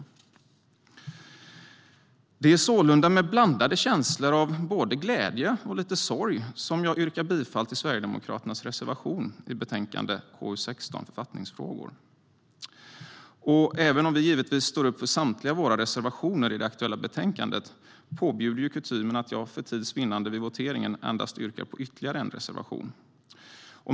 Även om vi givetvis står bakom samtliga våra reservationer i det aktuella betänkandet påbjuder kutymen att jag för tids vinnande vid voteringen yrkar bifall till ytterligare endast en reservation.